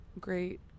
great